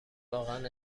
واقعا